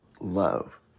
love